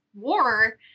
war